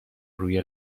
روی